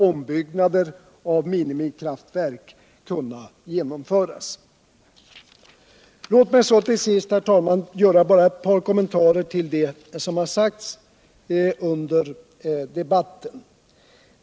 ombyggnader och minikraftverk —- kunna genomföras. Låt mig till sist. herr talman, göra ett par kommentarer till vad som har sagts under debatten.